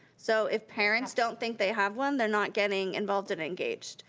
so if parents don't think they have one they're not getting involved and engaged.